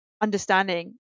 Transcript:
understanding